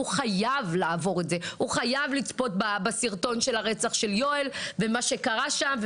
חייב לעבור את זה וחייב לצפות בסרטון הרצח של יואל ומה קרה שם,